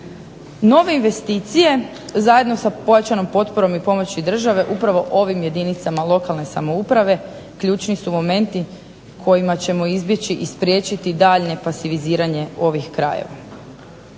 Nove investicije, zajedno sa pojačanom potporom i pomoći države, upravo ovim jedinicama lokalne samouprave ključni su momenti kojima ćemo izbjeći i spriječiti daljnje pasiviziranje ovih krajeva.